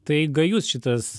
tai gajus šitas